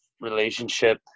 relationship